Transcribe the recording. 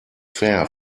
fair